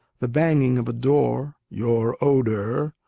the banging of a door, your odor,